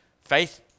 Faith